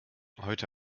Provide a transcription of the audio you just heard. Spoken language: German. heute